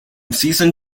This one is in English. season